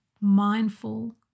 mindful